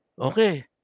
Okay